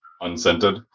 unscented